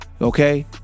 Okay